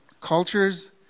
cultures